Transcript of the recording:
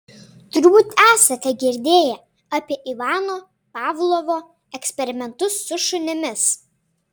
turbūt esate girdėję apie ivano pavlovo eksperimentus su šunimis